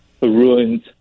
ruined